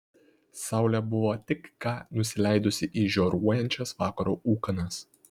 saulė buvo tik ką nusileidusi į žioruojančias vakaro ūkanas